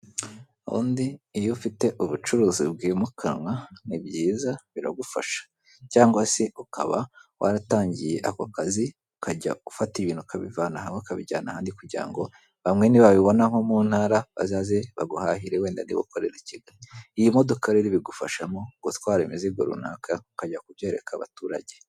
Ubundi iyo ufite ubucuruzi bwimukanwa ni byiza biragufasha, cyangwa se ukaba waratangiye ako kazi ukajya ufata ibintu ukabivana hamwe ukabijyana ahandi kugira ngo bamwe nibabibona nko mu ntara bazaze baguhahire wenda niba ukoreraga i Kigali. Iyi modoka rero bigufashamo gutwara imizigo runaka ukajya kubyereka abaturage.